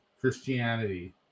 Christianity